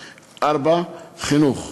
4. חינוך,